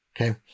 okay